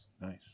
Nice